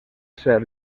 ser